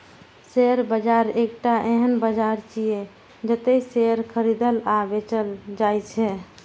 share बाजार एकटा एहन बाजार छियै, जतय शेयर खरीदल आ बेचल जाइ छै